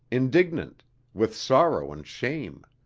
indignant with sorrow and shame.